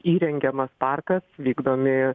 įrengiamas parkas vykdomi